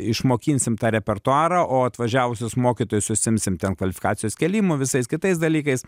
išmokinsim tą repertuarą o atvažiavusius mokytojus užsiimsim ten kvalifikacijos kėlimo visais kitais dalykais